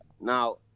Now